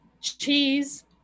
cheese